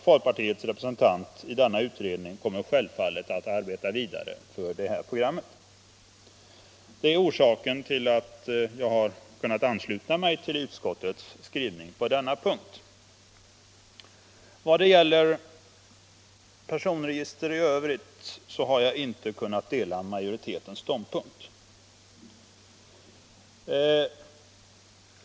Folkpartiets representant i utredningen kommer självfallet att arbeta vidare för det här programmet. Det är orsaken till att jag har kunnat ansluta mig till utskottets skrivning på denna punkt. I vad gäller personregister i Övrigt har jag inte kunnat dela majoritetens ståndpunkt.